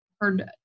heard